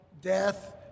death